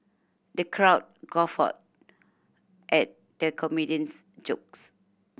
the crowd guffawed at the comedian's jokes